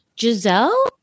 Giselle